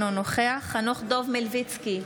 אינו נוכח חנוך דב מלביצקי,